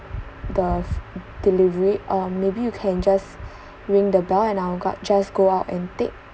the delivery uh maybe you can just ring the bell and I will got just go out and take